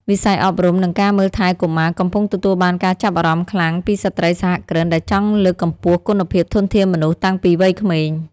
វិស័យអប់រំ និងការមើលថែកុមារកំពុងទទួលបានការចាប់អារម្មណ៍ខ្លាំងពីស្ត្រីសហគ្រិន ដែលចង់លើកកម្ពស់គុណភាពធនធានមនុស្សតាំងពីវ័យក្មេង។